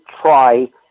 try